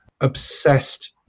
obsessed